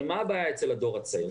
אבל מה הבעיה אצל הדור הצעיר?